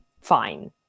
fine